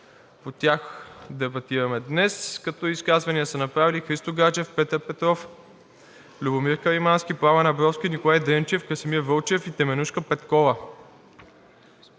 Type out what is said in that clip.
По тях ще дебатираме днес, като изказвания са направили Христо Гаджев, Петър Петров, Любомир Каримански, Пламен Абровски, Николай Дренчев, Красимир Вълчев и Теменужка Петкова.